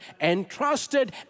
entrusted